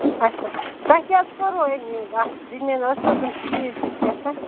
اَچھا تۄہہِ کیٛاہ حظ کوٚروٕ أمۍ یہِ اَتھ زٔمیٖن ٲس نہٕ حظ یِم چیٖز ویٖز کیٛاہتانۍ